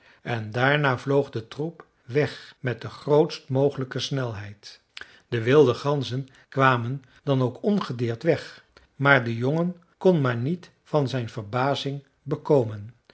en daarna vloog de troep weg met de grootst mogelijke snelheid de wilde ganzen kwamen dan ook ongedeerd weg maar de jongen kon maar niet van zijn verbazing bekomen